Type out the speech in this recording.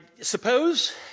suppose